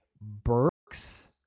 Burks